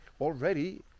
already